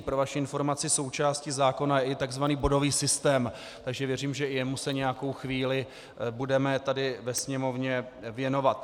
Pro vaši informaci, součástí zákona je i tzv. bodový systém, takže věřím, že i jemu se nějakou chvíli budeme tady ve Sněmovně věnovat.